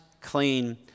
clean